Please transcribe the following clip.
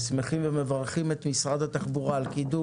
אנחנו שמחים ומברכים את משרד התחבורה על קידום